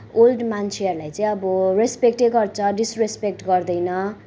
old मान्छेहरूलाई चाहिँ अब रेस्पेक्टै गर्छन् डिसरेस्पेक्ट गर्दैनन्